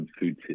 food